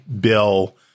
Bill